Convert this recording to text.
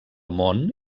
món